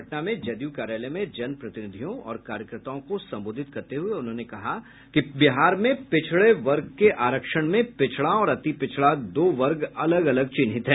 पटना में जदयू कार्यालय में जनप्रतिनिधियों और कार्यकर्ताओं को संबोधित करते हुए उन्होंने कहा कि बिहार में पिछड़े वर्ग के आरक्षण में पिछड़ा और अतिपिछड़ा दो वर्ग अलग अलग चिन्हित हैं